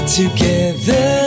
together